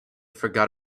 forgot